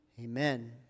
Amen